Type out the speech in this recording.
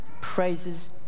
praises